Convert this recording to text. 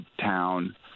town